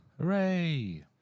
hooray